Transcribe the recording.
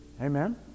Amen